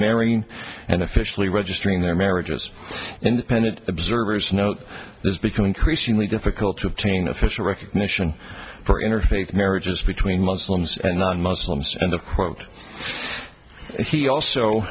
marrying and officially registering their marriage as independent observers note has become increasingly difficult to obtain official recognition for interfaith marriages between muslims and non muslims and the quote he also